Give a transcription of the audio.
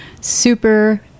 super